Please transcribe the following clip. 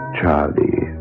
Charlie